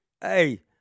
hey